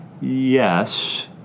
Yes